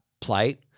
plight